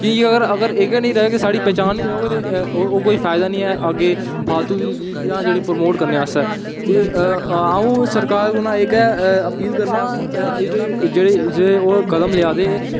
की अगर इयै निं रौह्ग साढ़ी पहचान निं रौह्ग ते उंदे ई फायदा निं ऐ अग्गें फालतु दियां चीज़ां प्रमोट करने आस्तै अंऊ सरकार अग्गें इयै अपील करना जे ओह् कलम ऐ ते